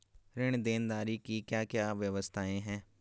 ऋण देनदारी की क्या क्या व्यवस्थाएँ हैं?